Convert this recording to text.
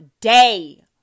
day